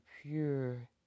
pure